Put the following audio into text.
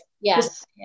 Yes